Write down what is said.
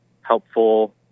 helpful